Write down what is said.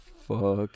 Fuck